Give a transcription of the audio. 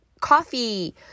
coffee